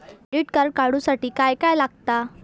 Credit card काढूसाठी काय काय लागत?